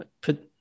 put